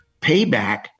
payback